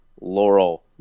Laurel